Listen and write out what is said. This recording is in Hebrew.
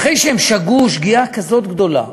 אחרי שהם שגו שגיאה כזאת גדולה,